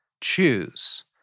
choose